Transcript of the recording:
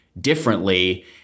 differently